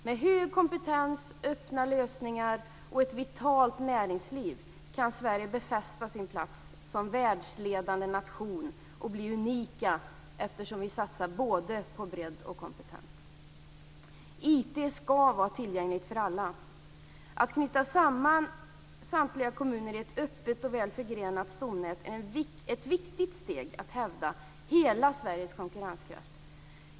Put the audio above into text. Med hög kompetens, öppna lösningar och ett vitalt näringsliv kan Sverige befästa sin plats som världsledande nation och bli unikt eftersom vi satsar både på bredd och kompetens. IT ska vara tillgängligt för alla. Att knyta samman samtliga kommuner i ett öppet och väl förgrenat stomnät är ett viktigt steg för att hävda hela Sveriges konkurrenskraft.